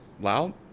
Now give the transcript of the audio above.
Loud